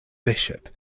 bishop